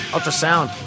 Ultrasound